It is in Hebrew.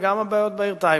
וגם הבעיות בעיר טייבה.